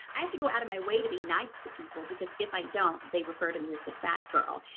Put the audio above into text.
i have to go out of my way to be nice to people, because if i don't, they refer to me as the fat girl.